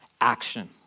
action